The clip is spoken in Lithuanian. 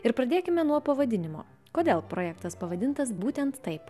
ir pradėkime nuo pavadinimo kodėl projektas pavadintas būtent taip